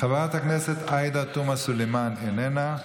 חברת הכנסת עאידה תומא סלימאן, איננה.